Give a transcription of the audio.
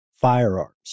firearms